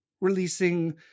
releasing